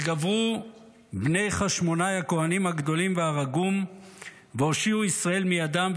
וגברו בני חשמונאי הכוהנים הגדולים והרגום והושיעו ישראל מידם.